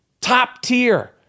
top-tier